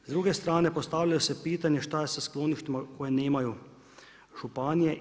S druge strane, postavlja se pitanja, šta je s skloništima koje nemaju županije.